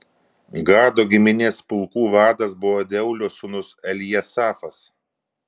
gado giminės pulkų vadas buvo deuelio sūnus eljasafas